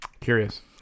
curious